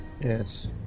Yes